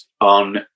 on